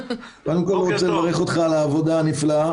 קודם כל אני רוצה לברך אותך על העבודה הנפלאה.